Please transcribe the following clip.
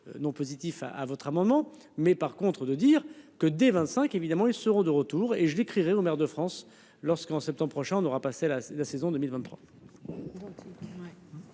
non positif à votre moment mais par contre, de dire que des 25 évidemment ils seront de retour et je l'écrirai aux maires de France lorsqu'en septembre prochain, on aura passé là. La saison 2023.